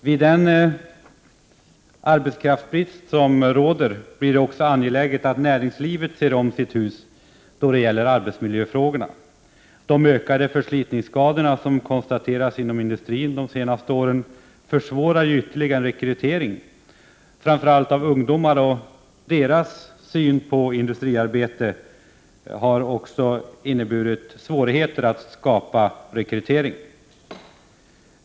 Vid den arbetskraftsbrist som råder blir det också angeläget för näringslivet att se om sitt hus då det gäller arbetsmiljöfrågorna. De ökade förslitningsskadorna som konstaterats inom industrin under de senaste åren försvårar rekryteringen ytterligare, framför allt av ungdomar. Deras syn på industriarbete har inneburit svårigheter vid rekryteringen.